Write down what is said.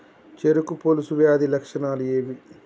చెరుకు పొలుసు వ్యాధి లక్షణాలు ఏవి?